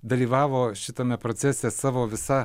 dalyvavo šitame procese savo visa